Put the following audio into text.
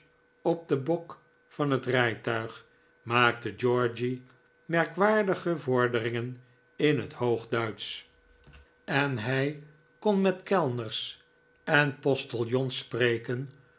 op den bok van het rijtuig maakte georgy merkwaardige vorderingen in het hoogduitsch en hij kon met kellners i en postiljons spreken